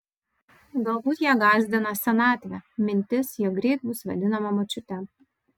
galbūt ją gąsdina senatvė mintis jog greit bus vadinama močiute